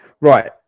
Right